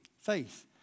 faith